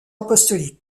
apostolique